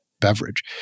beverage